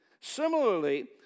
Similarly